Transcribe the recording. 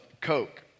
coke